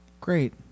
Great